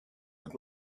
what